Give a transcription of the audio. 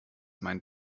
mein